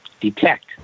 detect